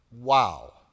Wow